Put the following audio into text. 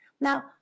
Now